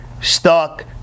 stuck